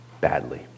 badly